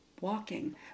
walking